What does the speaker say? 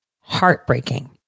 heartbreaking